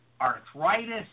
arthritis